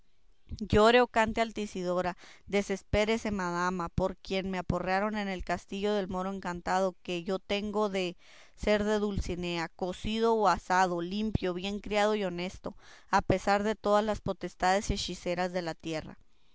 o cante altisidora desespérese madama por quien me aporrearon en el castillo del moro encantado que yo tengo de ser de dulcinea cocido o asado limpio bien criado y honesto a pesar de todas las potestades hechiceras de la tierra